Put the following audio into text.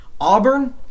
Auburn